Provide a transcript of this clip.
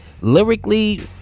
lyrically